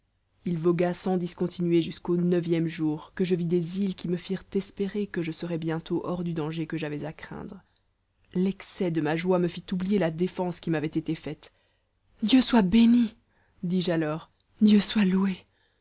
il vogua sans discontinuer jusqu'au neuvième jour que je vis des îles qui me firent espérer que je serais bientôt hors du danger que j'avais à craindre l'excès de ma joie me fit oublier la défense qui m'avait été faite dieu soit béni dis-je alors dieu soit loué